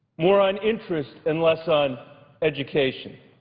more on interest and less on education,